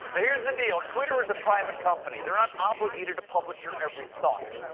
here's the deal twitter is a private company. they're not obligated to publish your every thought.